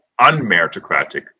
unmeritocratic